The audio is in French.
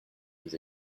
les